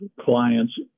clients